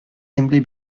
simply